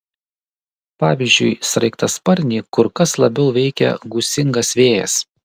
pavyzdžiui sraigtasparnį kur kas labiau veikia gūsingas vėjas